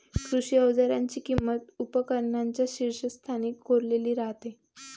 कृषी अवजारांची किंमत उपकरणांच्या शीर्षस्थानी कोरलेली राहते